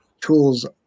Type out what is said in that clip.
tools